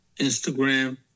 Instagram